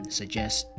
suggest